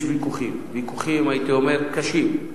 יש ויכוחים, הייתי אומר קשים,